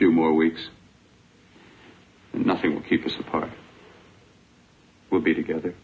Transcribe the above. few more weeks nothing will keep us apart we'll be together